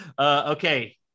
Okay